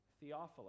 Theophilus